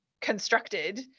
constructed